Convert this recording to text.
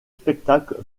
spectacle